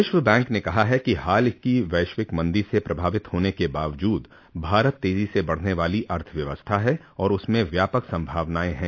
विश्व बैंक ने कहा है कि हाल की वैश्विक मंदी से प्रभावित होने के बावजूद भारत तेजी से बढने वाली अर्थव्यवस्था है और उसमें व्यापक संभावनायें हैं